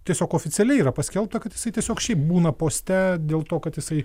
tiesiog oficialiai yra paskelbta kad jisai tiesiog šiaip būna poste dėl to kad jisai